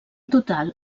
total